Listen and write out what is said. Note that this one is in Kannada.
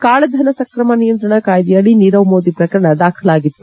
ಕಾಳಧನ ಸ್ತ್ರಮ ನಿಯಂತ್ರಣ ಕಾಯಿದೆಯಡಿ ನೀರವ್ ಮೋದಿ ಪ್ರಕರಣ ದಾಖಲಾಗಿತ್ತು